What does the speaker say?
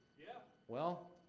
yeah. well,